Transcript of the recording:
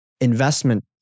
investment